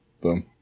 Boom